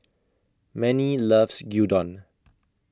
Mannie loves Gyudon